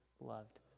loved